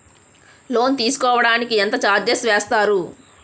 Loan తీసుకోడానికి ఎంత charges వేస్తారు?